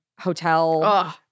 hotel-